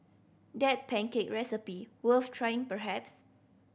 that pancake recipe worth trying perhaps